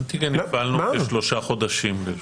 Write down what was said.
אנטיגן הפעלנו כשלושה חודשים.